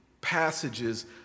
passages